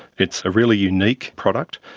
it's a really unique product,